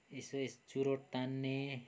यसो यस चुरोट तान्ने